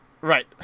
Right